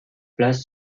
place